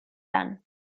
done